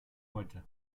heute